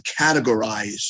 categorize